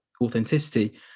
authenticity